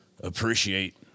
appreciate